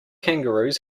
kangaroos